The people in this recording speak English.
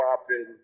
popping